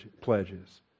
pledges